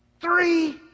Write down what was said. Three